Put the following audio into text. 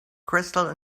crystal